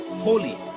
holy